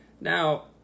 Now